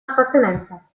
appartenenza